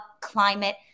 climate